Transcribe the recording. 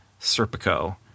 Serpico